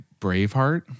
Braveheart